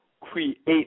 create